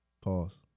Pause